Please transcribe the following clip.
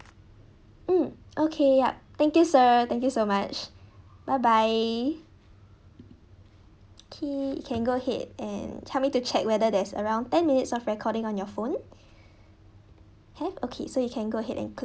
mm okay yup thank you sir thank you so much bye bye K you can go ahead and tell me to check whether there's around ten minutes of recording on your phone have okay so you can go ahead and click